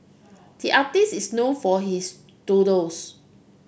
the artist is known for his doodles